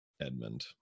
Edmund